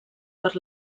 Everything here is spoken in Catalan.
per